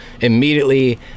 Immediately